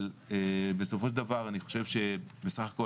אבל בסופו של דבר אני חושב שבסך הכול